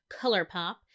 Colourpop